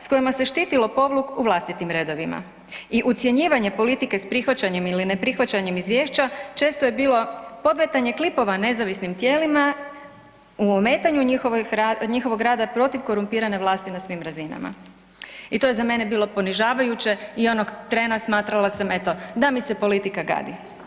s kojima se štiti lopovluk u vlastitim redovima i ucjenjivanje politike s prihvaćanjem ili neprihvaćanjem izvješća, često je bilo podmetanje klipova nezavisnim tijelima u ometanju njihovog rada protiv korumpirane vlasti na svim razinama i to je za mene bilo ponižavajuće i onog trena smatrala sam, eto, da mi se politika gadi.